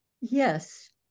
Yes